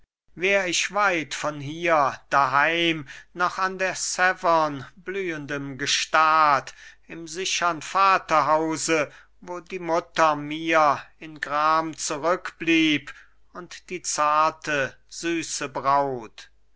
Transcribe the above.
wär ich weit von hier daheim noch an der savern blühendem gestad im sichern vaterhause wo die mutter mir in gram zurückblieb und die zarte süße braut